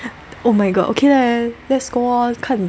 oh my god okay leh lets go lor 看